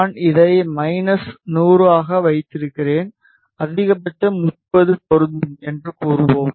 நான் இதை மைனஸ் 100 ஆக வைத்திருக்கிறேன் அதிகபட்சம் 30 பொருந்தும் என்று கூறுவோம்